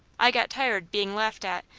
i got tired being laughed at,